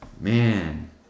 Man